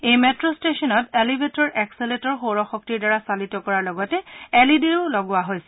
এই ম্ট্ৰ' ট্টেচনত elevator escalator সৌৰশক্তিৰ দ্বাৰা চালিত কৰাৰ লগতে এল ই ডি লগোৱা হৈছে